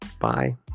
Bye